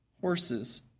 horses